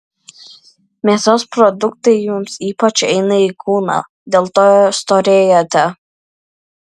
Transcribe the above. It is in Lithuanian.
mėsos produktai jums ypač eina į kūną dėl to storėjate